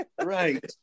Right